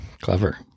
clever